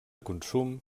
consum